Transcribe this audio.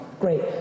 Great